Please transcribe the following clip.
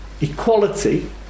Equality